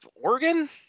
oregon